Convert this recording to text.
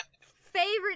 favorite